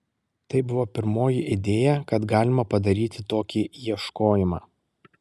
tai buvo pirmoji idėja kad galima padaryti tokį ieškojimą